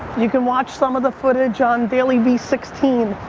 you can watch some of the footage on dailyvee sixteen.